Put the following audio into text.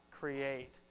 create